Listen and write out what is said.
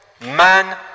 man